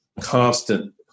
constant